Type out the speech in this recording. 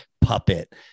Puppet